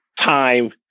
time